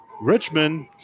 Richmond